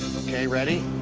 ok, ready?